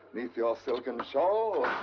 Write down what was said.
neath your silken shawl?